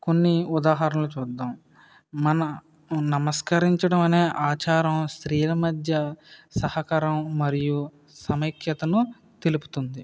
కొన్ని ఉదాహరణలు చూద్దాం మన నమస్కరించడం అనే ఆచారం స్త్రీల మధ్య సహకారం మరియు సమైక్యతను తెలుపుతుంది